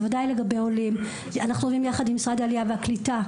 ובוודאי לגבי עולים יחד עם משרד העלייה והקליטה,